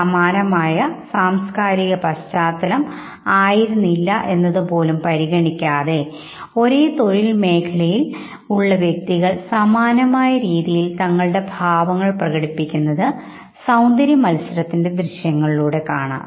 സമാനമായ സാംസ്കാരിക പശ്ചാത്തലം ആയിരുന്നില്ല എന്നതുപോലും പരിഗണിക്കാതെ സമാനമായ രീതിയിൽ ഒരേ തൊഴിൽ മേഖലയിൽ ഉള്ള വ്യക്തികൾ സമാനമായ രീതിയിൽ തങ്ങളുടെ ഭാവങ്ങൾ പ്രകടിപ്പിക്കുന്നത് സൌന്ദര്യമത്സരത്തിന്റെ ദൃശ്യങ്ങളിലൂടെ നമുക്ക് കാണാം